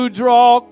draw